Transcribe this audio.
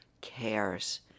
cares